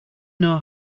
know